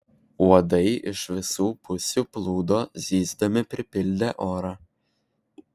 uodai iš visų pusių plūdo zyzdami pripildė orą